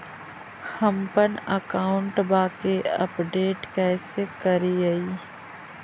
हमपन अकाउंट वा के अपडेट कैसै करिअई?